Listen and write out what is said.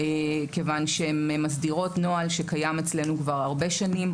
כיוון שהן מסדירות נוהל שקיים אצלנו כבר הרבה שנים,